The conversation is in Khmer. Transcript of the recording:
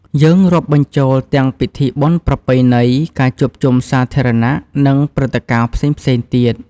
យើងរាប់បញ្ចូលទាំងពិធីបុណ្យប្រពៃណី ការជួបជុំសាធារណៈ និងព្រឹត្តិការណ៍ផ្សេងៗទៀត។